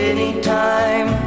Anytime